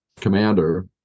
commander